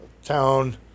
town